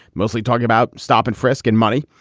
mostly talking about stop and frisk and money.